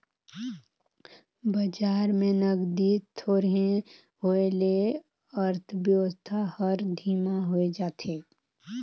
बजार में नगदी थोरहें होए ले अर्थबेवस्था हर धीमा होए जाथे